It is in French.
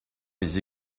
les